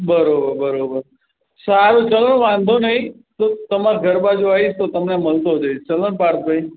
બરાબર બરાબર સારું ચાલો વાંધો નહીં તો તમારા ઘર બાજુ આવીશ તો તમને મળતો જઈશ ચાલો ને પાર્થભાઈ